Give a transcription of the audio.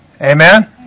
Amen